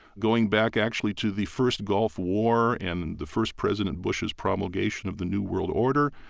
going back, actually, to the first gulf war and the first president bush's promulgation of the new world order,